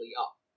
up